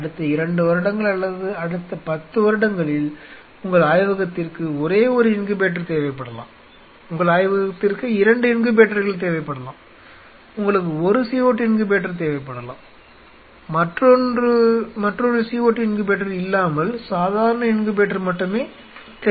அடுத்த 2 வருடங்கள் அல்லது அடுத்த 10 வருடங்களில் உங்கள் ஆய்வகத்திற்கு ஒரே ஒரு இன்குபேட்டர் தேவைப்படலாம் உங்கள் ஆய்வகத்திற்கு 2 இன்குபேட்டர்கள் தேவைப்படலாம் உங்களுக்கு ஒரு CO2 இன்குபேட்டர் தேவைப்படலாம் மற்றொன்று CO2 இன்குபேட்டர் இல்லாமல் சாதாரண இன்குபேட்டர் மட்டும் தேவைப்படலாம்